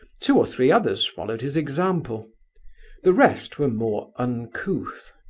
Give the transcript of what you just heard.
two or three others followed his example the rest were more uncouth.